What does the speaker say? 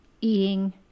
eating